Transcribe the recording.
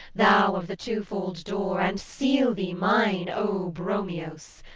thou of the twofold door, and seal thee mine, o bromios,